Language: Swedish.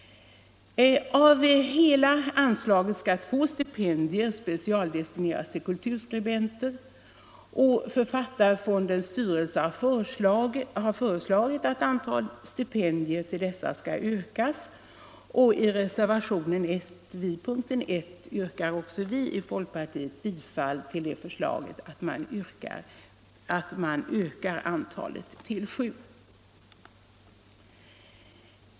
Av hela anslaget skall två stipendier specialdestineras till kulturskribenter. Författarfondens styrelse har föreslagit att antalet stipendier till dessa skall ökas till sju. I reservationen 1 vid punkten 1 yrkar vi bifall till detta förslag.